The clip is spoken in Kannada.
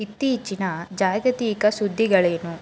ಇತ್ತೀಚಿನ ಜಾಗತೀಕ ಸುದ್ದಿಗಳೇನು